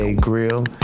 Grill